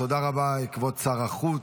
תודה רבה, כבוד שר החוץ.